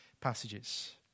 passages